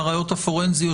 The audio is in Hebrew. מהראיות הפורנזיות,